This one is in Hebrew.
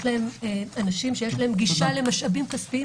אנשים שיש להם גישה למשאבים כספיים